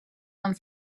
amb